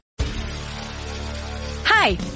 Hi